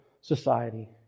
society